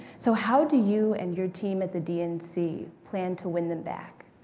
so how do you and your team at the dnc plan to win them back?